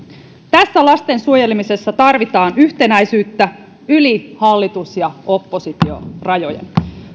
tässä lasten suojelemisessa tarvitaan yhtenäisyyttä yli hallitus ja oppositiorajojen